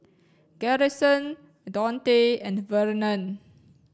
garrison Daunte and Vernon